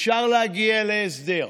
אפשר להגיע להסדר.